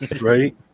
Right